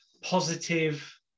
positive